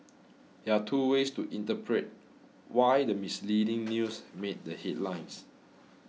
there are two ways to interpret why the misleading news made the headlines